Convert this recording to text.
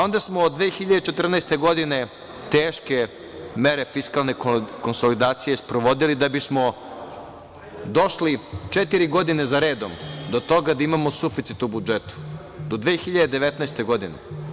Onda smo, 2014. godine, teške mere fiskalne konsolidacije sprovodili da bismo došli, četiri godine zaredom, do toga da imamo suficit u budžetu, do 2019. godine.